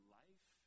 life